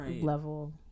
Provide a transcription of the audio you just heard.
level